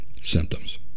symptoms